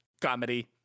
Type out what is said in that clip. comedy